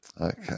Okay